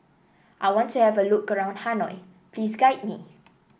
I want to have a look around Hanoi please guide me